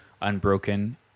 Unbroken